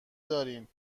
دارین